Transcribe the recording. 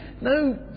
no